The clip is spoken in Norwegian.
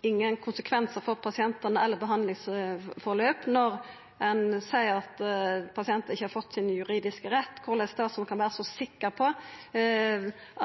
ingen konsekvensar for pasientane eller for behandlingsforløp når ein ser at pasientar ikkje har fått sin juridiske rett. Korleis kan statsråden vera så sikker på